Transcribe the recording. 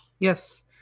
Yes